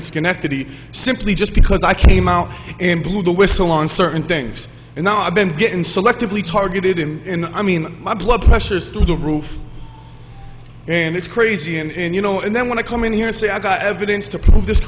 in schenectady simply just because i came out and blew the whistle on certain things and i've been getting selectively targeted in i mean my blood pressure is through the roof and it's crazy and you know and then when i come in here and say i got evidence to prove this